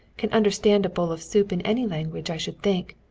can understand a bowl of soup in any language, i should think.